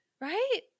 Right